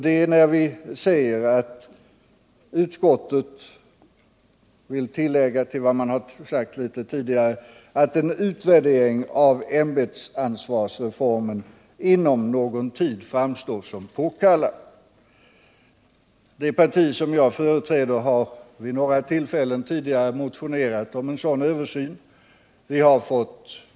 Det är när vi som tillägg till vad vi har sagt tidigare påpekar att ”en utvärdering av ämbetsansvarsreformen inom någon tid framstår som påkallad”. Det parti jag företräder har vid några tillfällen tidigare motionerat om en sådan översyn.